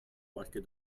qualche